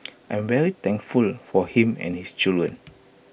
I'm very thankful for him and his children